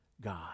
God